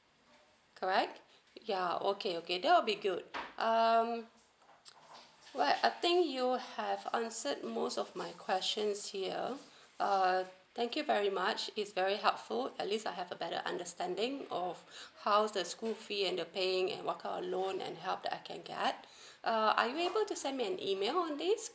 correct ya okay okay that will be good um like I think you have answered most of my questions here uh thank you very much it's very helpful at least I have a better understanding of how the school fees and the paying it walk alone and help that I can get uh are you be able to send me an email on this